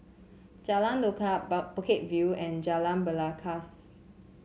Jalan Lokam Bukit View and Jalan Belangkas